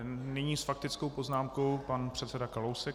Nyní s faktickou poznámkou pan předseda Kalousek.